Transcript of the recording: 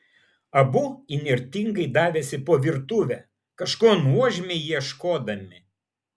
abu įnirtingai davėsi po virtuvę kažko nuožmiai ieškodami